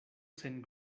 sen